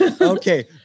Okay